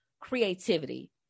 creativity